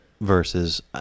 versus